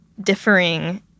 differing